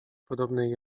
podobnej